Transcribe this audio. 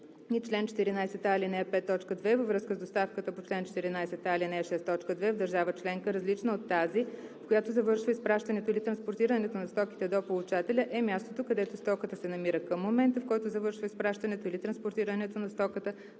и чл. 14а, ал. 5, т. 2 във връзка с доставката по чл. 14а, ал. 6, т. 2 в държава членка, различна от тази, в която завършва изпращането или транспортирането на стоките до получателя, е мястото, където стоката се намира към момента, в който завършва изпращането или транспортирането на стоката